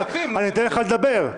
אני אתן לך לדבר.